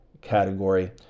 category